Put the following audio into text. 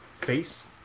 face